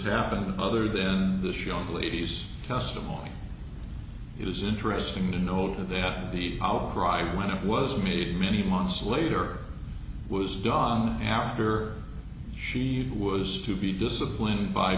happened other then this young lady's testified it is interesting to note that the outcry when it was made many months later was done after she was to be disciplined by